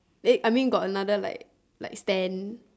wait I mean got another like like stand